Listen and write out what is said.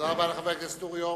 תודה רבה לחבר הכנסת אורי אורבך.